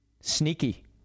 Sneaky